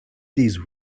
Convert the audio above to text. these